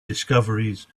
discoveries